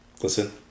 listen